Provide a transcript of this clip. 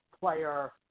player